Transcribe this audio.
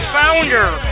founder